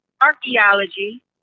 archaeology